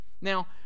Now